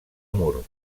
mur